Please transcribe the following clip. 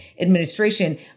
administration